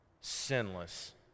sinless